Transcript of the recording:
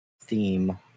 theme